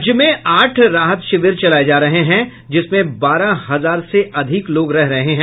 राज्य में आठ राहत शिविर चलाये जा रहे हैं जिसमें बारह हजार से अधिक लोग रह रहे हैं